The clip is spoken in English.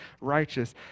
righteous